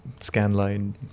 scanline